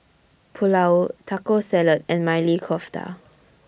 Pulao Taco Salad and Maili Kofta